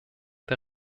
der